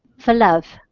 for love.